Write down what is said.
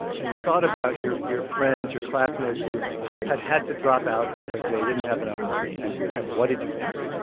and you thought about your your friends, your classmates who had had to drop out because they didn't have enough money. and and what did you think?